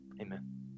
amen